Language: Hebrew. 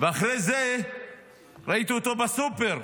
ואחרי זה ראיתי אותו קונה בסופר,